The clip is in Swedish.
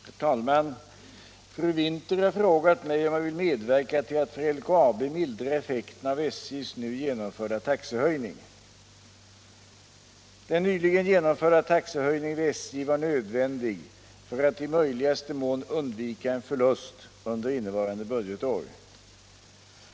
Herr talman! Fru Winther har frågat mig om jag vill medverka till att för LKAB mildra effekterna av SJ:s nu genomförda taxehöjning. Den nyligen genomförda taxehöjningen vid SJ var nödvändig för att i möjligaste mån undvika en förlust under innevarande budgetår.